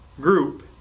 group